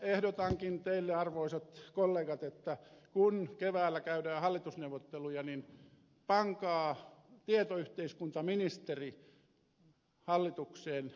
ehdotankin teille arvoisat kollegat että kun keväällä käydään hallitusneuvotteluja niin pankaa tietoyhteiskuntaministeri hallitukseen